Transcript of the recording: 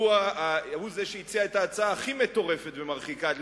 הוא זה שהציע את ההצעה הכי מטורפת ומרחיקה לכת,